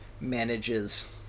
manages